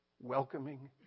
welcoming